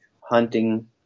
hunting